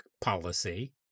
policy